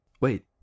wait